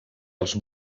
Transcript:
als